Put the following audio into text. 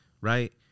Right